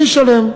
ומי ישלם?